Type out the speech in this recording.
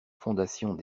fondations